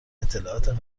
اطلاعات